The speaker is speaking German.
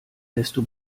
desto